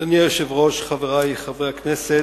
אדוני היושב-ראש, חברי חברי הכנסת,